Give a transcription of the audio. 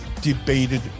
debated